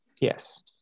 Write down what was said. Yes